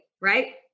right